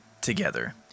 together